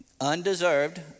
undeserved